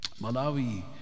Malawi